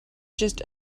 just